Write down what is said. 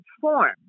form